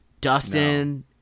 Dustin